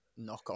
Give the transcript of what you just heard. knockoff